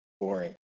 boring